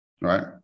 right